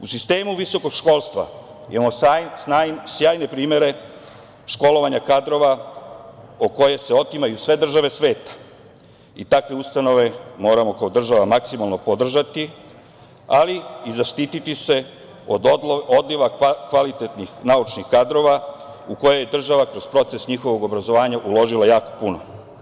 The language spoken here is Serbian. U sistemu visokog školstva imamo sjajne primere školovanja kadrova o koje se otimaju sve države sveta i takve ustanove moramo kao država maksimalno podržati ali i zaštiti se od odliva kvalitetnih naučnih kadrova u koje država kroz proces njihovog obrazovanja uložila jako puno.